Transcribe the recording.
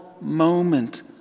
moment